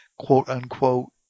quote-unquote